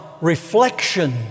reflection